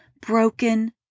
broken